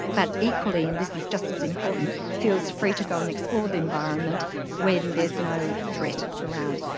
but equally, and this is just as important, feels free to go and explore the environment when there is no threat around.